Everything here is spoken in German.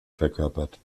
verkörpert